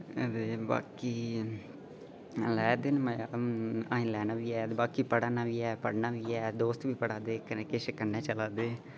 ते बाकी लैदे न मज़ा लैना बी ऐ ते बाकी पढ़ा दे न ते पढ़ना बी ऐ दोस्त बी पढ़ा दे किश कन्नै चला दे